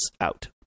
out